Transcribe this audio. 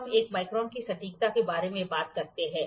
हम एक माइक्रोन की सटीकता के बारे में बात करते हैं